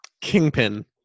Kingpin